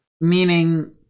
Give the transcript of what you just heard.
Meaning